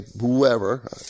whoever